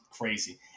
crazy